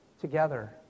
together